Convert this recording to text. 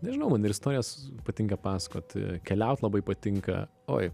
nežinau man ir istorijas patinka pasakot keliaut labai patinka oi